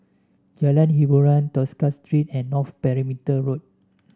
Jalan Hiboran Tosca Street and North Perimeter Road